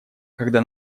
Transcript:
когда